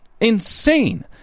insane